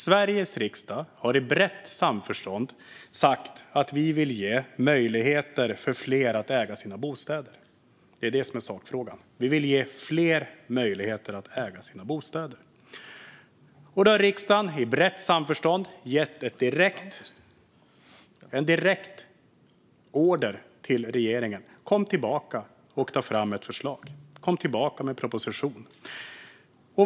Sveriges riksdag har sagt att vi vill ge fler möjlighet att äga sin bostad. Det är sakfrågan. Därför har riksdagen i brett samförstånd gett regeringen en direkt order: Ta fram ett förslag, och kom tillbaka med en proposition!